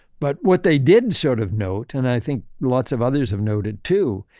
but what they did sort of note, and i think lots of others have noted too,